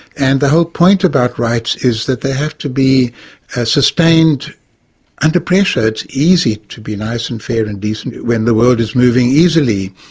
and the whole point about rights is that they have to be sustained under pressure. it's easy to be nice and fair and decent when the world is moving easily,